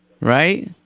Right